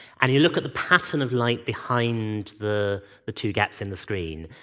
and you look at the pattern of light behind the the two gaps in the screen